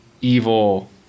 evil